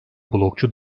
blogcu